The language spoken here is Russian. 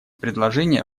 предложения